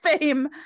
Fame